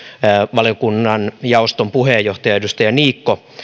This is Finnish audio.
valiokunnan jaoston puheenjohtaja edustaja niikko